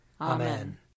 Amen